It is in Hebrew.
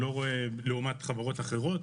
לעומת חברות אחרות,